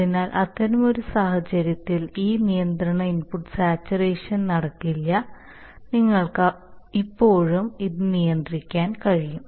അതിനാൽ അത്തരമൊരു സാഹചര്യത്തിൽ ഈ നിയന്ത്രണ ഇൻപുട്ട് സാച്ചുറേഷൻ നടക്കില്ല നിങ്ങൾക്ക് ഇപ്പോഴും അത് നിയന്ത്രിക്കാൻ കഴിയും